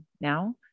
now